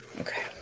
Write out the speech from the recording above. Okay